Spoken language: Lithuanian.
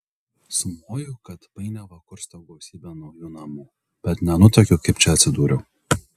sumoju kad painiavą kursto gausybė naujų namų bet nenutuokiu kaip čia atsidūriau